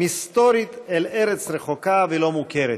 מסתורית אל ארץ רחוקה ולא מוכרת.